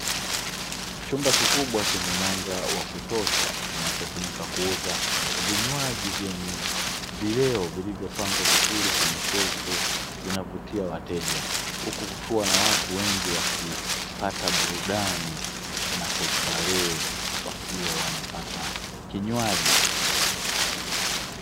Chumba kikubwa chenye mwanga wa kutosha, kinachotumika kuuza vinywaji vyenye vileo vilivyopangwa vizuri kwenye shelfu, zinavutiwa wateja. Huku kuna watu wengi wakipata burudani na kustarehe, wakiwa wanapata kinywaji.